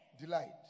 Delight